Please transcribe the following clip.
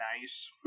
nice